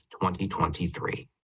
2023